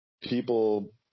people